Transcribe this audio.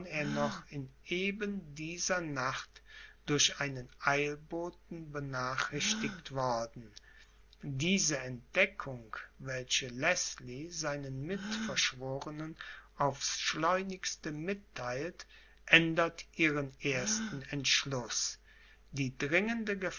noch in eben dieser nacht durch einen eilboten benachrichtigt worden diese entdeckung welche leßlie seinen mitverschwornen aufs schleunigste mittheilt ändert ihren ersten entschluß die dringende